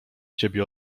ciebie